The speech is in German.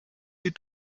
die